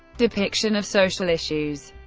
depiction of social issues